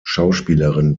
schauspielerin